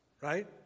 right